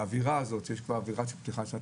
באווירה הזאת יש אווירה של פתיחת שנת